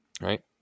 Right